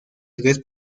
tres